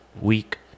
week